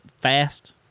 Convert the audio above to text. fast